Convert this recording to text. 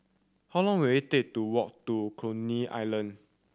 how long will it take to walk to Coney Island